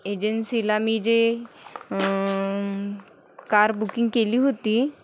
एजन्सीला मी जे कार बुकिंग केली होती